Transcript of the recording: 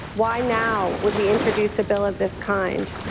why now would we introduce a bill of this kind?